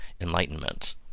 enlightenment